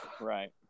Right